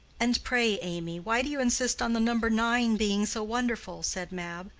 and pray, amy, why do you insist on the number nine being so wonderful? said mab.